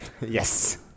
yes